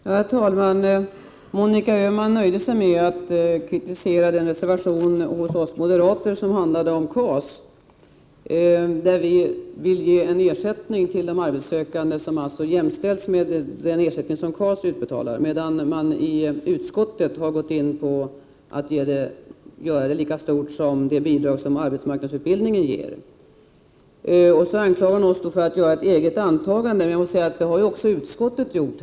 Herr talman! Monica Öhman nöjde sig med att kritisera den reservation från oss moderater som handlade om KAS. Vi vill alltså ge en ersättning till de arbetssökande ungdomarna som är lika med det belopp som utgår i form av KAS, medan utskottet anser att stödet skall ske i form av bidrag motsvarande det som lämnas vid arbetsmarknadsutbildning. Och så anklagar hon oss för att göra ett eget antagande, men jag måste säga att det har också utskottet gjort.